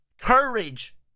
Courage